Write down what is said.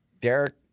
Derek